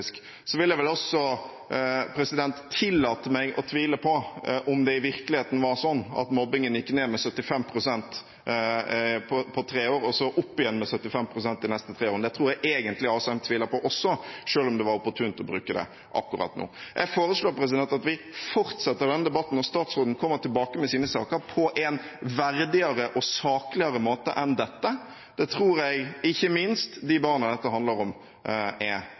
vil vel også tillate meg å tvile på om det i virkeligheten var sånn at mobbingen gikk ned med 75 pst. på tre år, og så opp igjen med 75 pst. de neste tre årene. Det tror jeg egentlig Asheim tviler på også, selv om det var opportunt å bruke det akkurat nå. Jeg foreslår at vi fortsetter denne debatten når statsråden kommer tilbake med sine saker, på en verdigere og sakligere måte enn dette. Det tror jeg ikke minst de barna dette handler om, er tjent med. Da håper jeg vi kan komme tilbake til det som er